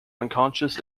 unconscious